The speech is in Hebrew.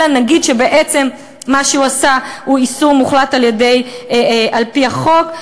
אלא נגיד שבעצם על מה שהוא עשה יש איסור מוחלט על-פי החוק.